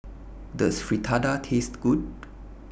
Does Fritada Taste Good